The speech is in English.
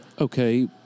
Okay